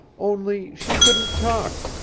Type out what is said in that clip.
only she couldn't talk.